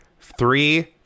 three